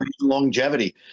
longevity